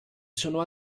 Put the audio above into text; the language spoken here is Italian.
sono